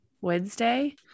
Wednesday